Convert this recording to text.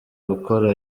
gukora